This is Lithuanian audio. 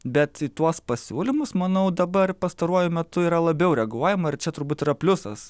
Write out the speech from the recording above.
bet į tuos pasiūlymus manau dabar pastaruoju metu yra labiau reaguojama ir čia turbūt yra pliusas